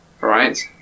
Right